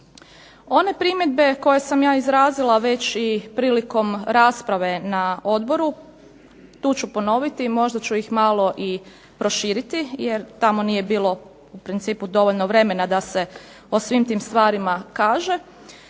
One primjedbe koje sam ja izrazila već i prilikom rasprave na odboru tu ću ponoviti, možda ću ih malo i proširiti jer tamo nije bilo u principu dovoljno vremena da se o svim tim stvarima kaže.